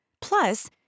Plus